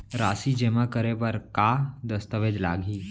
राशि जेमा करे बर का दस्तावेज लागही?